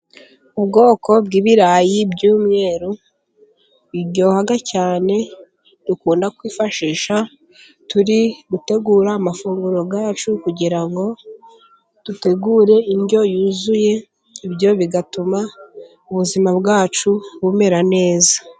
Ubwoko bw'ibirayi by'umweru biryoha cyane, dukunda kwifashisha turi gutegura amafunguro yacu, kugira ngo dutegure indyo yuzuye, ibyo bigatuma ubuzima bwacu bumera neza.